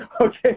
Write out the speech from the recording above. Okay